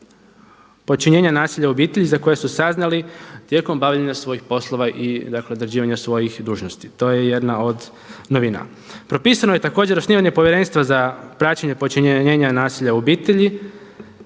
počinjenja nasilja u obitelji za koje su saznali tijekom bavljenja svojih poslova i dakle određivanja svojih dužnosti. To je jedna od novina. Propisano je također osnivanje Povjerenstva za praćenje počinjenja nasilja u obitelji,